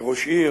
כראש עיר,